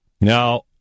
Now